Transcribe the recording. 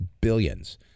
billions